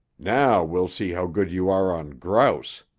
now we'll see how good you are on grouse.